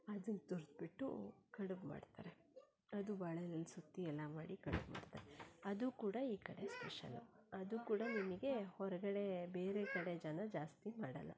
ಅದನ್ನ ತುರುದ್ಬಿಟ್ಟು ಕಡುಬು ಮಾಡ್ತಾರೆ ಅದು ಬಾಳೆ ಎಲೆಲ್ಲಿ ಸುತ್ತಿ ಎಲ್ಲ ಮಾಡಿ ಕಡುಬು ಮಾಡ್ತಾರೆ ಅದೂ ಕೂಡ ಈ ಕಡೆ ಸ್ಪೆಷಲ್ಲು ಅದೂ ಕೂಡ ನಿಮಗೆ ಹೊರಗಡೆ ಬೇರೆ ಕಡೆ ಜನ ಜಾಸ್ತಿ ಮಾಡೋಲ್ಲ